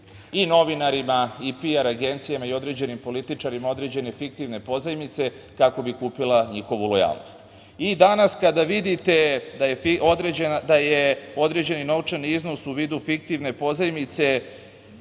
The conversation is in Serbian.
i novinarima i PR agencijama i određenim političarima određene fiktivne pozajmice, kako bi kupila njihovu lojalnost. Danas kada vidite da je određeni novčani iznos u vidu fiktivne pozajmice